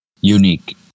unique